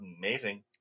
amazing